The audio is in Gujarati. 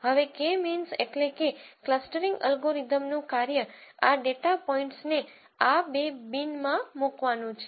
હવે કે મીન્સ એટલે કે ક્લસ્ટરીંગ એલ્ગોરિધમનું કાર્ય આ ડેટા પોઈન્ટ્સને આ બે બિનમાં મૂકવાનું છે